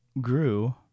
grew